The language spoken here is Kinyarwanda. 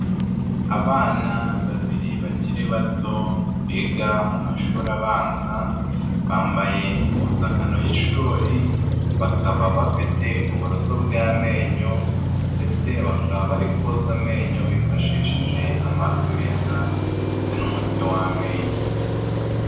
Abana babiri bakiri bato biga mu mashuri abanza, bambaye impuzankano y'ishuri bakaba bafite uburoso bw'amenyo ndetse bakaba bari koza amenyo bifashishije amazi meza ndetse n'umuti w'amenyo.